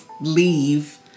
leave